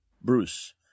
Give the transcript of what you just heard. Bruce